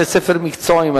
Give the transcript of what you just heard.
16) (בתי-ספר מקצועיים),